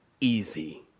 easy